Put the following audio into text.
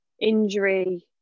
injury